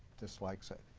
dislikes it.